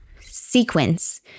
sequence